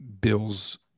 bills